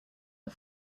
are